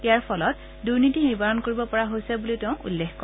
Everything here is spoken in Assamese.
ইয়াৰ ফলত দুৰ্নীতি নিবাৰণ কৰিব পৰা হৈছে বুলিও তেওঁ উল্লেখ কৰে